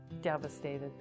devastated